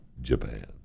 Japan